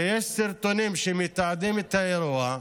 ויש סרטונים שמתעדים את האירוע,